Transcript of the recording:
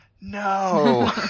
No